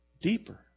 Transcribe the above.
deeper